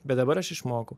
bet dabar aš išmokau